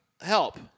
help